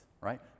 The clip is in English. Right